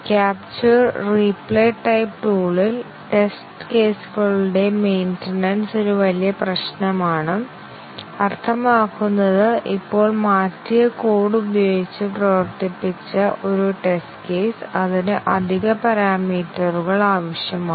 ക്യാച്ച്ചർ replay type ടൂളിൽ test കേസുകളുടെ maintenance ഒരു വലിയ പ്രശ്നമാണ് അർത്ഥമാക്കുന്നത് ഇപ്പോൾ മാറ്റിയ കോഡ് ഉപയോഗിച്ച് പ്രവർത്തിപ്പിച്ച ഒരു ടെസ്റ്റ് കേസ് അതിന് അധിക പാരാമീറ്ററുകൾ ആവശ്യമാണ്